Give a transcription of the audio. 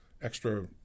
extra